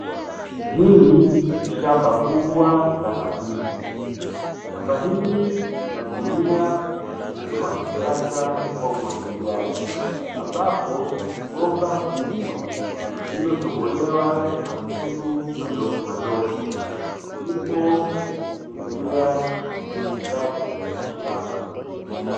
Hili ni shamba kubwa la mahindi; shamba hili linatumia mfumo wa kisasa wa umwagiliaji, ambapo bomba kubwa lililotobolewa matundu madogo madogo linaendelea na umwagiliaji wa shamba.